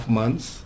months